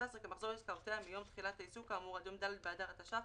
כמחזור עסקאותיו מיום תחילת העיסוק כאמור עד יום ד' באדר התש"ף